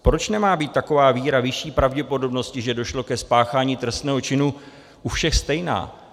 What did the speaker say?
Proč nemá být taková víra vyšší pravděpodobnosti, že došlo ke spáchání trestného činu, u všech stejná?